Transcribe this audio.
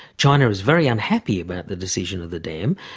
china is very unhappy about the decision of the dam.